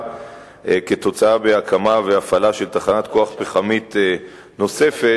כתוצאה מהקמה והפעלה של תחנת כוח פחמית נוספת,